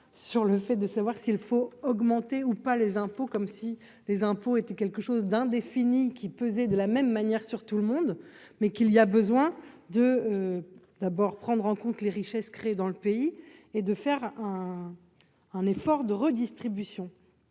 sur le fait de savoir s'il faut augmenter ou pas les impôts, comme si les impôts étaient quelque chose d'indéfini qui pesaient de la même manière, sur tout le monde, mais qu'il y a besoin de d'abord prendre en compte les richesses créées dans le pays et de faire un un effort de redistribution,